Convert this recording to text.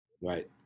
Right